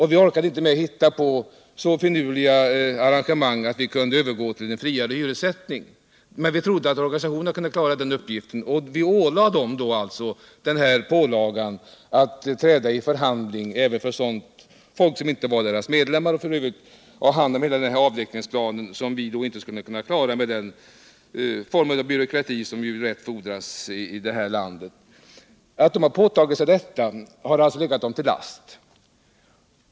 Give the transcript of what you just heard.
Vi orkade inte heller hitta på så finurliga arrangemang att vi kunde övergå ull en friare hyressättning. Men vi trodde att organisationerna skulle kunna klara den uppgiften och lade då på dem pålagan att träda i förhandling även för folk som inte var deras medlemmar och att handlägga avvecklingsplanen, som vi inte skulle kunna klara med den form av byråkrati som annars hade erfordrats i vårt land. Att de har åtagit sig detta har alltså legat dem till last.